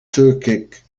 turkic